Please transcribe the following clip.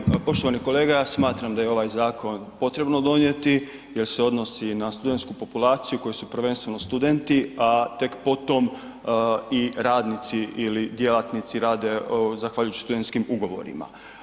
Zahvaljujem, poštovani kolega ja smatram da je ovaj zakon potrebno donijeti jer se odnosi na studentsku populaciju u kojoj su prvenstveno studenti, a tek potom i radnici ili djelatnici rade zahvaljujući studentskim ugovorima.